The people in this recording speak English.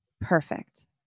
Perfect